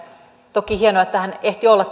toki hienoa että hän ehti olla